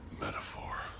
metaphor